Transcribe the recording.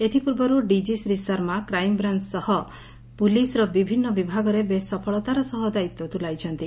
ଏଥ୍ପୂର୍ବରୁ ଡିକି ଶ୍ରୀ ଶର୍ମା କ୍ରାଇମ୍ବ୍ରାଞ ସହ ପୁଲିସ୍ର ବିଭିନୁ ବିଭାଗରେ ବେଶ୍ ସଫଳତାର ସହ ଦାୟିତ୍ୱ ତୁଲାଇଛନ୍ତି